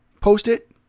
post-it